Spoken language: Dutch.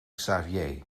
xavier